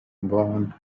born